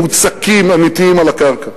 מוצקים ואמיתיים על הקרקע.